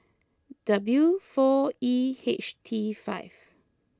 W four E H T five